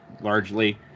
largely